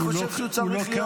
הוא לא כאן.